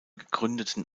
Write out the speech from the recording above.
gegründeten